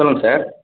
சொல்லுங்கள் சார்